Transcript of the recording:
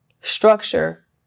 Structure